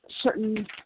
certain